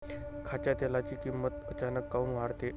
खाच्या तेलाची किमत अचानक काऊन वाढते?